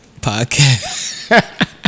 podcast